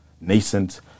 nascent